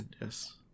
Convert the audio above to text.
yes